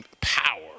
power